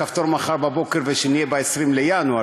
הכפתור מחר בבוקר ושנהיה ב-20 בינואר,